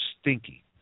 stinky